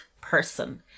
person